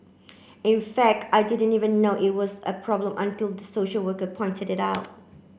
in fact I didn't even know it was a problem until the social worker pointed it out